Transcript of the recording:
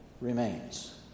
remains